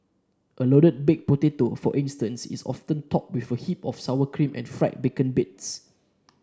a loaded baked potato for instance is often topped with a heap of sour cream and fried bacon bits